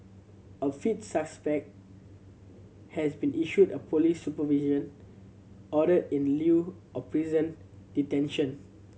a fifth suspect has been issued a police supervision order in lieu of prison detention